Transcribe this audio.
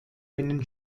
einen